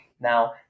Now